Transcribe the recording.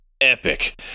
epic